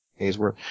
Hayesworth